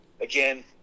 again